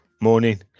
Morning